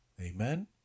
Amen